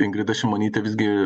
ingrida šimonytė visgi